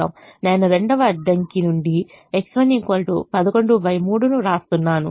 నేను రెండవ అడ్డంకి నుండి X1 113 ను రాస్తున్నాను